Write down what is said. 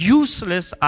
useless